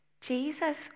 Jesus